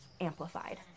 amplified